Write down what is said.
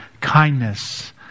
kindness